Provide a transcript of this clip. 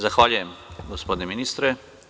Zahvaljujem, gospodine ministre.